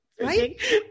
Right